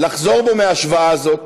לחזור בו מההשוואה הזאת,